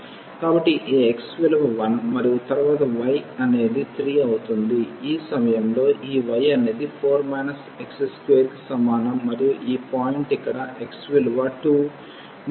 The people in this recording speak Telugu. కాబట్టి ఈ x విలువ 1 మరియు తరువాత y అనేది 3 అవుతుంది ఈ సమయంలో ఈ y అనేది 4 x2 కి సమానం మరియు ఈ పాయింట్ ఇక్కడ x విలువ 2 మరియు y విలువ 0